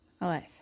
Alive